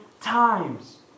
times